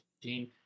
gene